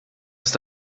ist